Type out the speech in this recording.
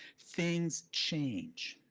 things change.